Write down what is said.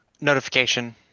notification